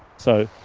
so